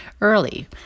early